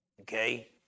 Okay